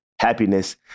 happiness